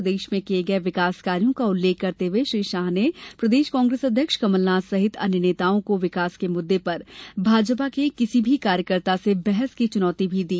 प्रदेश में किये गये विकास कार्यों का उल्लेख करते हुए श्री शाह ने प्रदेश कांग्रेस अध्यक्ष कमलनाथ सहित अन्य नेताओं को विकास के मुददे पर भाजपा के किसी भी कार्यकर्ता से बहस की चुनौती भी दी